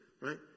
right